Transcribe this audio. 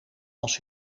als